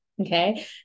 okay